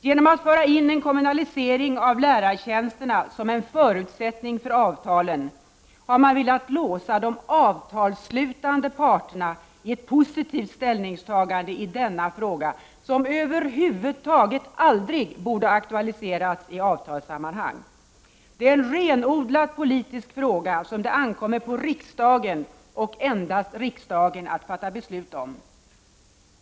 Genom att föra in kommunalisering av lärartjänsterna som en förutsättning för avtalen har man velat låsa de avtalsslutande parterna i ett positivt ställningstagande i denna fråga som över huvud taget aldrig borde ha aktualiserats i avtalssammanhang. Det är en renodlat politisk fråga som det ankommer på riksdagen, och endast riksdagen, att fatta beslut om.